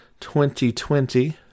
2020